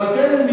על כן,